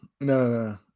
no